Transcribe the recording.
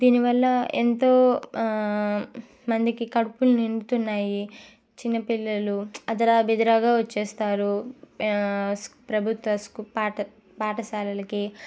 దీనివల్ల ఎంతో మందికి కడుపులు నిండుతున్నాయి చిన్నపిల్లలు అదర బెదరగా వచ్చేస్తారు స్కూ ప్రభుత్వ స్కూ పాఠ పాఠశాలలకి